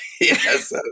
Yes